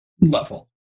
level